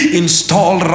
install